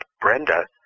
Brenda